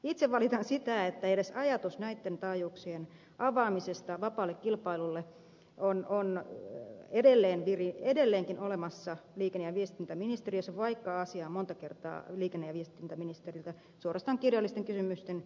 itse valitan sitä että edes ajatus näitten taajuuksien avaamisesta vapaalle kilpailulle on edelleenkin olemassa liikenne ja viestintäministeriössä vaikka asiaa on monta kertaan liikenne ja viestintäministeriltä suorastaan kirjallisten kysymysten muodossakin tivattu